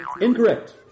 Incorrect